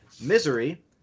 Misery